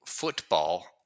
Football